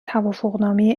توافقنامه